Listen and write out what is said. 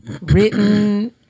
written